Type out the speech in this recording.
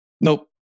nope